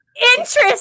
interest